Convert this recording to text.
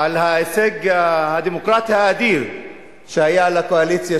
על ההישג הדמוקרטי האדיר שהיה לקואליציה